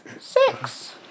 six